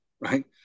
right